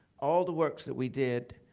all the works that we did